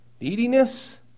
Neediness